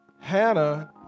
Hannah